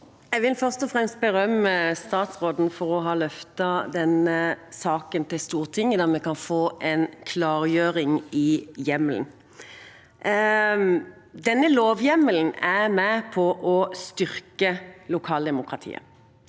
Jeg vil først og fremst berømme statsråden for å ha løftet denne saken til Stortinget, der vi kan få en klargjøring i hjemmelen. Denne lovhjemmelen er med på å styrke lokaldemokratiet.